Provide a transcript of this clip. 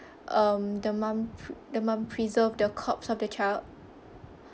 um the mum the mum preserved the corpse of the child